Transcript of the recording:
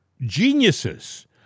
geniuses